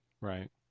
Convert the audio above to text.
Right